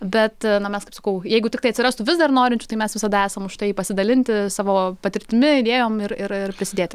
bet na mes kaip sakau jeigu tiktai atsirastų vis dar norinčių tai mes visada esam už tai pasidalinti savo patirtimi idėjom ir ir prisidėti